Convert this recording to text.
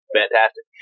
fantastic